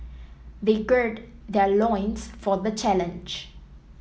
they gird their loins for the challenge